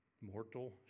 Mortal